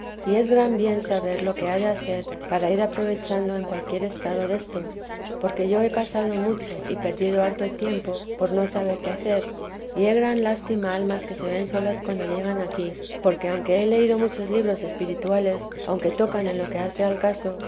y es gran bien saber lo que ha de hacer para ir aprovechando en cualquier estado destos porque he yo pasado mucho y perdido harto tiempo por no saber qué hacer y he gran lástima a almas que se ven solas cuando llegan aquí porque aunque he leído muchos libros espirituales aunque tocan en lo que hace al caso